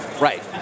Right